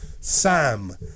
Sam